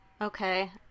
okay